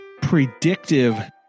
predictive